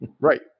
Right